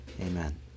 Amen